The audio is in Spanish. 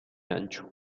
ancho